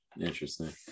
Interesting